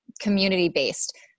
community-based